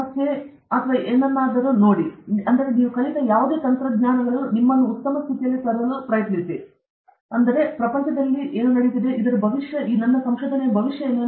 ಸಮಸ್ಯೆ ಮತ್ತು ಏನನ್ನಾದರೂ ಮಾಡಿ ಆದರೆ ನೀವು ಕಲಿತ ಯಾವುದೇ ತಂತ್ರಜ್ಞಾನಗಳು ನಿಮ್ಮನ್ನು ಉತ್ತಮ ಸ್ಥಿತಿಯಲ್ಲಿ ನಿಲ್ಲುತ್ತವೆ